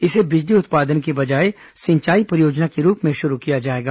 इसे बिजली उत्पादन की बजाए सिंचाई परियोजना के रूप में शुरू किया जाएगा